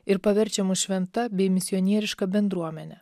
ir paverčiamus šventa bei misionieriška bendruomene